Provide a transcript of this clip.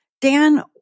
Dan